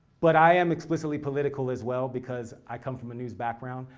but i am explicitly political as well because i come from a news background.